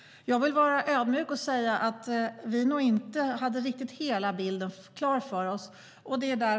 Jag vill vara ödmjuk och säga att vi nog inte riktigt hade hela bilden klar för oss.